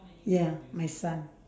ya my son